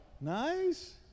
Nice